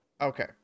Okay